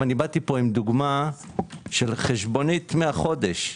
באתי עם דוגמה של חשבונית מהחודש.